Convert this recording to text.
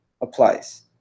applies